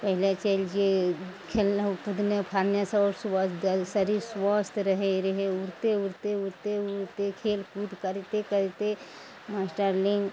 पहिले चलि जाइ खेल कूदने फारनेसँ आओर स्वस्थ शरीर स्वस्थ रहय रहय उड़िते उड़िते उड़िते उड़िते खेलकूद करिते करिते मास्टर लग